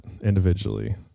individually